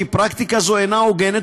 כי פרקטיקה זו אינה הוגנת,